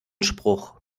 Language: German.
spruch